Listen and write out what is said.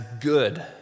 good